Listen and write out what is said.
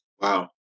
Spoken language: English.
Wow